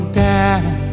down